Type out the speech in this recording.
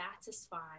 satisfied